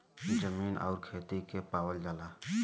जमीन आउर खेती के पावल जाला